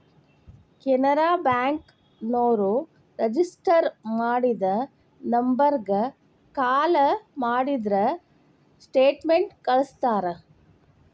Canara bank ನೋರು register ಮಾಡಿದ ನಂಬರ್ಗ ಕಾಲ ಮಾಡಿದ್ರ ಸ್ಟೇಟ್ಮೆಂಟ್ ಕಳ್ಸ್ತಾರ